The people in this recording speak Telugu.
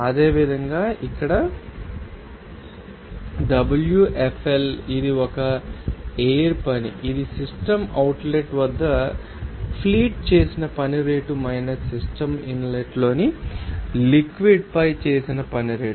అదేవిధంగా ఇక్కడ Wfl ఇది ఒక ఎయిర్ పని ఇది సిస్టమ్ అవుట్లెట్ వద్ద ఫ్లీట్ చేసిన పని రేటు మైనస్ సిస్టమ్ ఇన్లెట్లోని లిక్విడ్ ంపై చేసిన పని రేటు